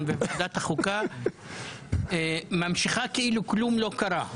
וועדת החוקה ממשיכה כאילו כלום לא קרה.